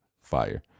Fire